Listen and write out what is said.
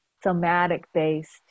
somatic-based